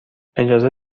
اجازه